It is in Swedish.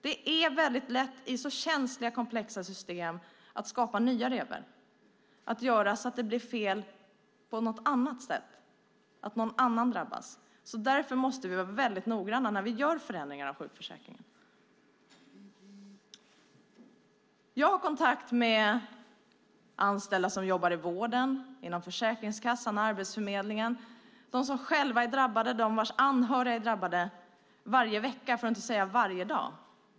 Det är väldigt lätt i så här känsliga och komplexa system att skapa nya revor, att göra så att det blir fel på något annat sätt, så att någon annan drabbas. Därför måste vi vara väldigt noggranna när vi gör förändringar i sjukförsäkringen. Jag har kontakt med anställda i vården, inom Försäkringskassan och Arbetsförmedlingen, med dem som själva är drabbade och med dem vars anhöriga är drabbade varje vecka, för att inte säga varje dag.